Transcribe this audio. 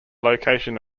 location